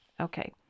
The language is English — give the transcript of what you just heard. okay